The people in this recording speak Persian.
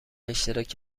اشتراک